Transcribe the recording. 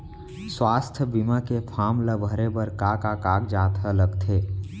स्वास्थ्य बीमा के फॉर्म ल भरे बर का का कागजात ह लगथे?